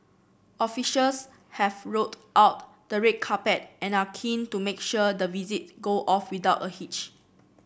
officials have rolled out the red carpet and are keen to make sure the visit go off without a hitch